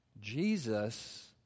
Jesus